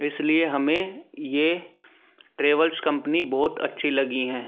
इसलिए हमें यह ट्रेवल्स कम्पनी बहुत अच्छी लगी हैं